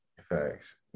Thanks